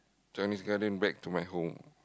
Chinese-Garden back to my home